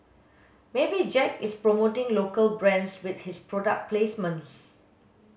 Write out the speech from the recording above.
maybe Jack is promoting local brands with his product placements